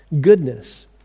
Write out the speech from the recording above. goodness